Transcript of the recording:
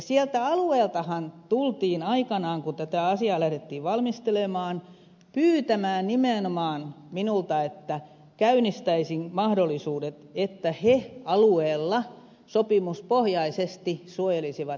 sieltä alueeltahan tultiin aikanaan kun tätä asiaa lähdettiin valmistelemaan nimenomaan pyytämään minulta että käynnistäisin mahdollisuudet että he alueella sopimuspohjaisesti suojelisivat itse norpan